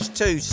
two